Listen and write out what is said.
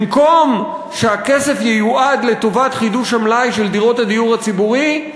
במקום שהכסף ייועד לטובת חידוש המלאי של דירות הדיור הציבורי,